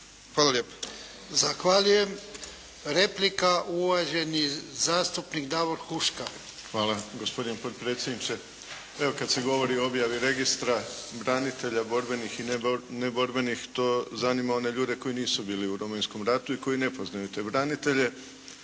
Ivan (HDZ)** Zahvaljujem. Replika uvaženi zastupnik Davor Huška. **Huška, Davor (HDZ)** Hvala gospodine potpredsjedniče. Evo kad se govori o objavi registra branitelja borbenih i neborbenih, to zanima one koji nisu bili u Domovinskom ratu i koji ne poznaju te branitelje.